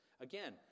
Again